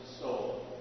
soul